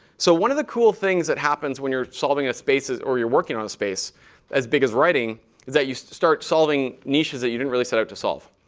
so one of the cool things that happens when you're solving a space is or you're working on space as big as writing is that you start solving niches that you don't really set out to solve.